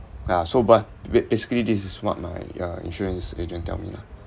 ya so but ba~ basically this is what my uh insurance agent tell me lah